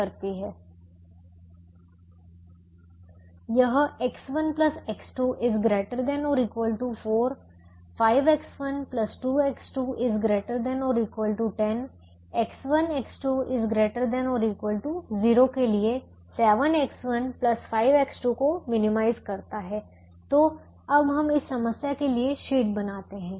यह X1X2 ≥ 4 5X12X2 ≥ 10 X1 X2 ≥ 0 के लिए 7X1 5X2 को मिनिमाइज करता है तो अब हम इस समस्या के लिए शीट बनाते हैं